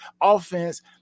offense –